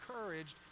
encouraged